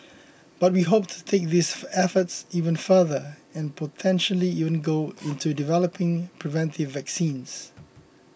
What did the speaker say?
but we hope to take these efforts even further and potentially even go into developing preventive vaccines